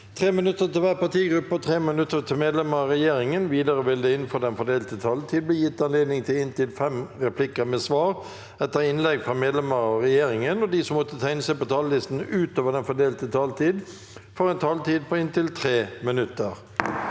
3 minutter til hver partigruppe og 3 minutter til medlemmer av regjeringa. Videre vil det – innenfor den fordelte taletid – bli gitt anledning til replikker med svar etter innlegg fra medlemmer av regjeringa, og de som måtte tegne seg på talerlista utover den fordelte taletid, får også en taletid på inntil 3 minutter.